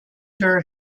her